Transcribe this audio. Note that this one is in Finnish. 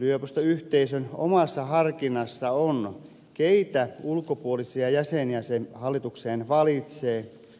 yliopistoyhteisön omassa harkinnassa on keitä ulkopuolisia jäseniä se hallitukseen valitsee